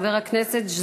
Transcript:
חבר הכנסת יעקב ליצמן,